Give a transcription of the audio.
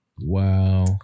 Wow